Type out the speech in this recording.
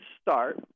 start